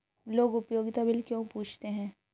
लोग उपयोगिता बिल क्यों पूछते हैं?